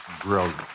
brilliant